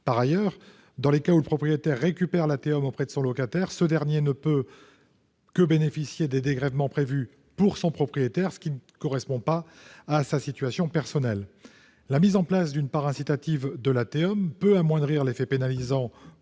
Par ailleurs, dans les cas où le propriétaire récupère la TEOM auprès de son locataire, ce dernier ne peut que bénéficier des dégrèvements prévus pour son propriétaire, ce qui ne correspond pas à sa situation personnelle. La mise en place d'une part incitative de la TEOM peut amoindrir l'effet pénalisant